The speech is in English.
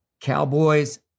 Cowboys